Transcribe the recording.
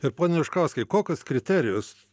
ir pone juškauskai kokius kriterijus